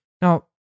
Now